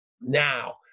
now